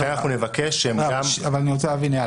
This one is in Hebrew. אנחנו נבקש שהם גם --- אני רוצה להבין,